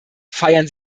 feiern